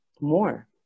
more